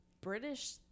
British